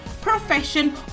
profession